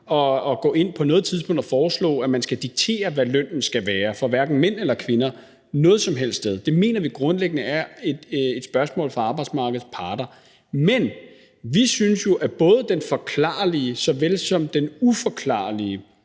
at gå ind på noget tidspunkt og foreslå, at man skal diktere, hvad lønnen skal være for hverken mænd eller kvinder noget som helst sted. Det mener vi grundlæggende er et spørgsmål for arbejdsmarkedets parter, men vi synes jo, at både den forklarlige såvel som den uforklarlige